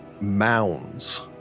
mounds